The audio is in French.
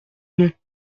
non